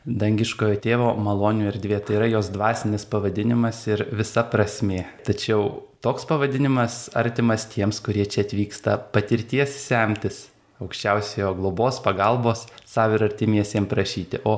dangiškojo tėvo malonių erdvė tai yra jos dvasinis pavadinimas ir visa prasmė tačiau toks pavadinimas artimas tiems kurie čia atvyksta patirties semtis aukščiausiojo globos pagalbos sau ir artimiesiem prašyti o